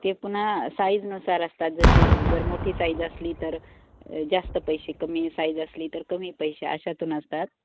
ते पुन्हा साईज नुसार असतात जशी जर मोठी साईज असली तर जास्त पैसे कमी साईज असली तर कमी पैसे अशातून असतात